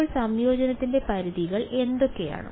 അപ്പോൾ സംയോജനത്തിന്റെ പരിധികൾ എന്തൊക്കെയാണ്